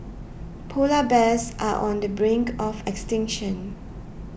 Polar Bears are on the brink of extinction